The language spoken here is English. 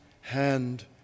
hand